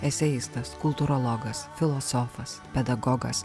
eseistas kultūrologas filosofas pedagogas